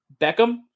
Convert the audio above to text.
Beckham